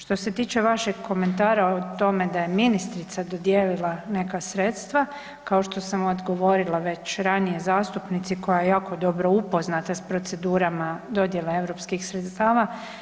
Što se tiče vašeg komentara o tome da je ministrica dodijelila neka sredstva, kao što sam odgovorila već ranije zastupnici koja je jako dobro upoznata sa procedurama dodjele europskih sredstava.